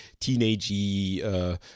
teenagey